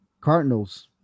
Cardinals